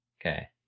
Okay